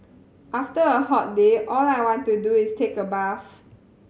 after a hot day all I want to do is take a bath